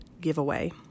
giveaway